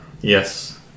Yes